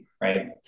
right